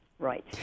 Right